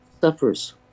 suffers